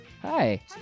Hi